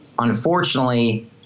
Unfortunately